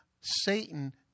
Satan